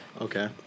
Okay